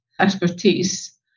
expertise